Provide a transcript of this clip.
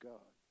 God